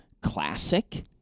classic